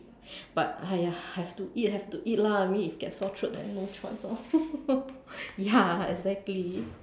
but !aiya! have to eat have to eat lah I mean if get sore throat then no choice lor ya exactly